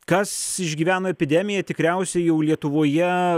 kas išgyveno epidemiją tikriausiai jau lietuvoje